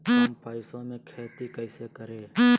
कम पैसों में खेती कैसे करें?